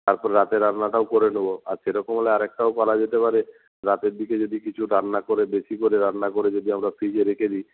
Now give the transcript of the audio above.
তারপর রাতের রান্নাটাও করে নেব আর সেরকম হলে আরেকটাও করা যেতে পারে রাতের দিকে যদি কিছু রান্না করে বেশি করে রান্না করে যদি আমরা ফ্রিজে রেখে দিই